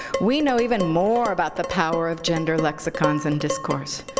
we know even more about the power of gender lexicons and discourse.